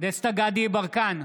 דסטה גדי יברקן,